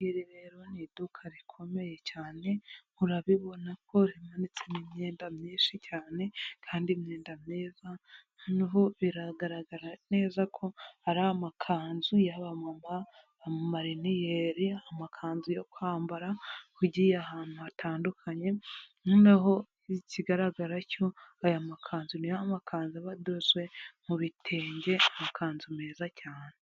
Iri ngiri rero ni iduka rikomeye cyane, urabibona ko rimanitsemo imyenda myinshi cyane kandi imyenda myiza, hano ho biragaragara neza ko hari amakanzu y'abamama, abamariniyeri, amakanzu yo kwambara ugiye ahantu hatandukanye, noneho ikigaragara cyo aya makanzu niyo amakanza abadozwe mu bitenge, amakanzu meza cyane.